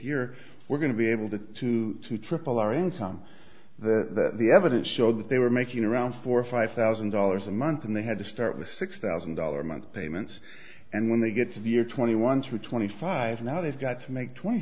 year we're going to be able to to to triple our income that the evidence showed that they were making around four or five thousand dollars a month and they had to start with six thousand dollars a month payments and when they get to the year twenty one through twenty five now they've got to make twenty